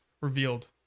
revealed